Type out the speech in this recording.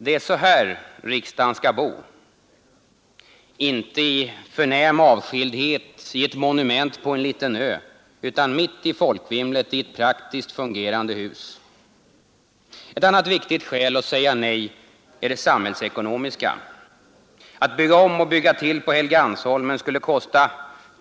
Det är så här riksdagen skall bo, inte i förnäm avskildhet i ett monument på en liten ö, utan mitt i folkvimlet i ett praktiskt fungerande hus. Ett annat viktigt skäl att säga nej är det samhällsekonomiska. Att bygga om och bygga till på Helgeandsholmen skulle kosta